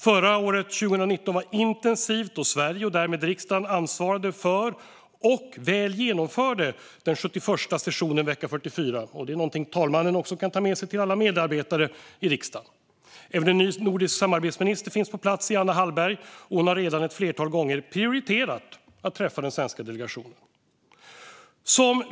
Förra året, 2019, var intensivt, då Sverige och därmed riksdagen ansvarade för - och väl genomförde - den 71:a sessionen vecka 44. Detta är någonting talmannen också kan ta med sig till alla medarbetare i riksdagen. Även en ny nordisk samarbetsminister finns på plats i Anna Hallberg, och hon har redan ett flertal gånger prioriterat att träffa den svenska delegationen.